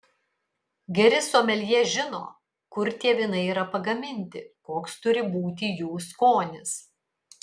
geri someljė žino kur tie vynai yra pagaminti koks turi būti jų skonis